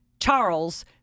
Charles